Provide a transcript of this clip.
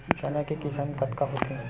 चना के किसम कतका होथे?